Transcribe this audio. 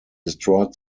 destroyed